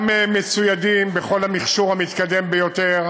גם מצוידים בכל המכשור המתקדם ביותר